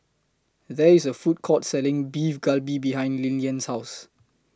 There IS A Food Court Selling Beef Galbi behind Lilyan's House